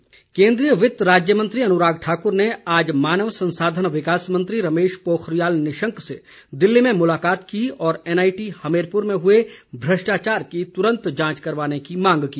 अनुराग ठाकुर केन्द्रीय वित्त राज्य मंत्री अनुराग ठाकुर ने आज मानव संसाधन विकास मंत्री रमेश पोखरियाल निशंक से दिल्ली में मुलाकात की और एनआईटी हमीरपुर में हुए भ्रष्टाचार की तुरंत जांच करवाने की मांग की